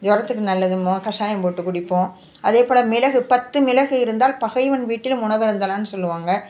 ஜொரத்துக்கு நல்லதும்போம் கஷாயம் போட்டு குடிப்போம் அதேப் போல் மிளகு பத்து மிளகு இருந்தால் பகைவன் வீட்டிலும் உணவு அருந்தலாம்னு சொல்லுவாங்க